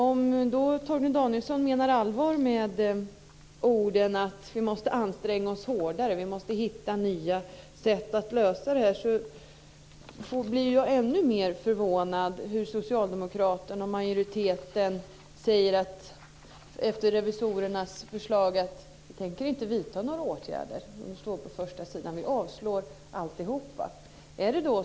Om Torgny Danielsson menade allvar med orden att man måste anstränga sig hårdare och hitta nya sätt att lösa problemen, blir jag ännu mer förvånad när socialdemokraterna och majoriteten säger att man efter revisorernas förslag inte tänker vidta några åtgärder - det står på första sidan - och att man tänker avslå alltihop.